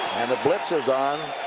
and the blitz is on.